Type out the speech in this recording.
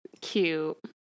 Cute